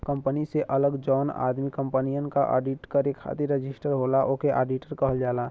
company से अलग जौन आदमी कंपनियन क आडिट करे खातिर रजिस्टर होला ओके आडिटर कहल जाला